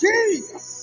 Jesus